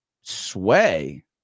sway